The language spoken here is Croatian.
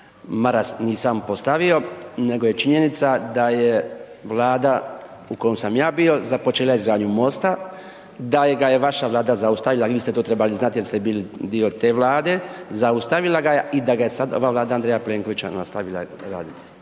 Maras nisam postavio, nego je činjenica da je vlada u kojoj sam ja bio započela izgradnju mosta, da gaj e vaša vlada zaustavila i vi ste to trebali znati, jer st ebili dio te vlade, zaustavila ga je i da ga je sada ova vlada Andreja Plenkovića nastavila raditi.